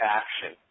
action